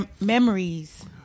memories